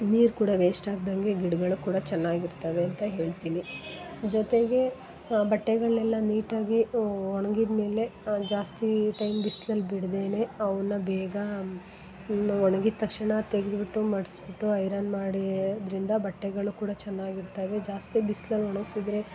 ನೀರು ಕೂಡ ವೇಸ್ಟ್ ಆಗ್ದಂಗೆ ಗಿಡಗಳು ಕೂಡ ಚೆನ್ನಾಗಿರ್ತವೆ ಅಂತ ಹೇಳ್ತಿನಿ ಜೊತೆಗೆ ಬಟ್ಟೆಗಳ್ನೆಲ್ಲ ನೀಟಾಗಿ ಒಣ್ಗಿದ್ಮೇಲೆ ಜಾಸ್ತಿ ಟೈಮ್ ಬಿಸ್ಲಲ್ಲಿ ಬಿಡ್ದೇನೆ ಅವ್ನ ಬೇಗ ಒಣಗಿದ ತಕ್ಷಣ ತೆಗ್ದ್ಬಿಟ್ಟು ಮಡ್ಸಿಬಿಟ್ಟು ಐರನ್ ಮಾಡಿ ಅದರಿಂದ ಬಟ್ಟೆಗಳು ಕೂಡ ಚೆನ್ನಾಗಿರ್ತವೆ ಜಾಸ್ತಿ ಬಿಸ್ಲಲ್ಲಿ ಒಣಗ್ಸಿದ್ದರೆ